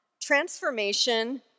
transformation